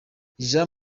jean